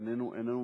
לסטודנטים,